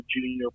junior